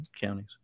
counties